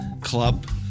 Club